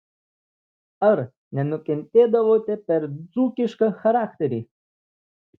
ar nenukentėdavote per dzūkišką charakterį